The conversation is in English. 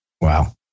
Wow